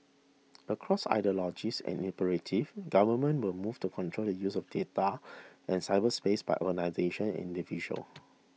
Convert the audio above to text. across ideologies and imperatives governments will move to control the use of data and cyberspace by organisations and individuals